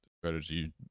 strategy